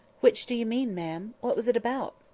which do you mean, ma'am? what was it about?